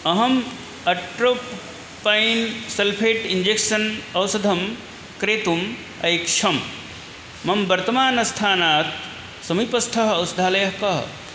अहम् atropine sulphate injection औषधं क्रेतुम् ऐक्षं मम वर्तमानस्थानात् समीपस्थः औषधालयः कः